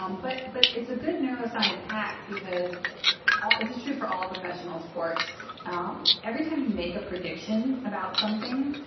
um but but it's a good neuroscience hack because this is is true for all professional sports um every time you make a prediction about something,